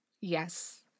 Yes